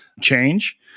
change